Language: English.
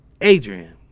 Adrian